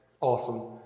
Awesome